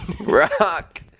Rock